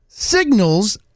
Signals